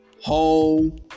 Home